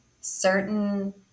certain